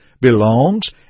belongs